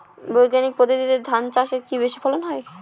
বৈজ্ঞানিক পদ্ধতিতে ধান চাষে কি বেশী ফলন হয়?